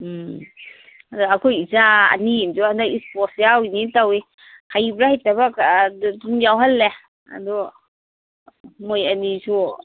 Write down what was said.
ꯎꯝ ꯑꯗ ꯑꯩꯈꯣꯏ ꯏꯆꯥ ꯑꯅꯤ ꯑꯃꯁꯨ ꯍꯟꯗꯛ ꯏꯁꯄꯣꯔꯠ ꯌꯥꯎꯔꯤꯅꯤ ꯇꯧꯏ ꯍꯩꯕ꯭ꯔꯥ ꯍꯩꯇꯕ꯭ꯔꯥ ꯁꯨꯝ ꯌꯥꯎꯍꯜꯂꯦ ꯑꯗꯣ ꯃꯣꯏ ꯑꯅꯤꯁꯨ